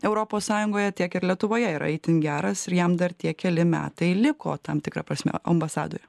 europos sąjungoje tiek ir lietuvoje yra itin geras ir jam dar tie keli metai liko tam tikra prasme ambasadoje